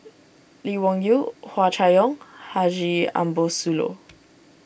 Lee Wung Yew Hua Chai Yong Haji Ambo Sooloh